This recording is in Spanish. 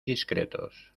discretos